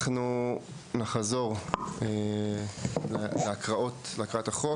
אנחנו נחזור להקראת החוק.